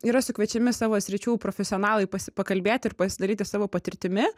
yra sukviečiami savo sričių profesionalai pasi pakalbėti ir pasidalyti savo patirtimi